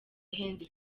ihenze